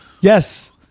Yes